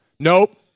Nope